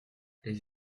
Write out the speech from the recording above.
les